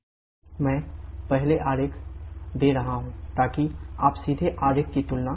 मैं पहले आरेख दे रहा हूं ताकि आप सीधे आरेख की तुलना कर सकें